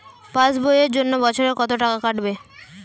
Pass বইয়ের জন্য বছরে কত টাকা কাটবে?